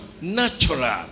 Natural